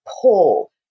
pull